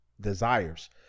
Desires